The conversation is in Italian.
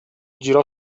girò